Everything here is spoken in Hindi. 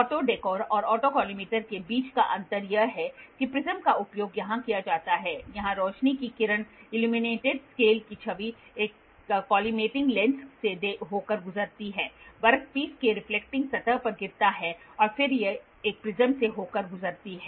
ऑटो डेकोर और ऑटोकॉलिमेटर के बीच का अंतर यह है कि प्रिज्म का उपयोग यहां किया जाता है यहां रोशनी की किरण इल्यूमिनेटड स्केल की छवि एक कोलिमेटिंग लेंस से होकर गुजरती हैवर्कपीस की रिफ्लेक्टिंग सतह पर गिरता है और फिर यह एक प्रिज्म से होकर गुजरती है